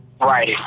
Right